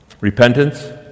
Repentance